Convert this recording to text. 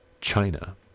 China